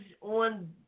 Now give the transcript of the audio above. on